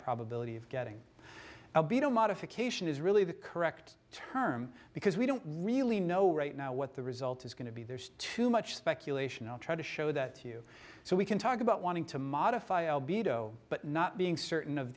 probability of getting beat a modification is really the correct term because we don't really know right now what the result is going to be there's too much speculation i'll try to show that you so we can talk about wanting to modify albeit oh but not being certain of